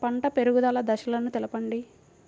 పంట పెరుగుదల దశలను తెలపండి?